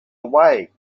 away